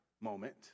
moment